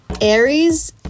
Aries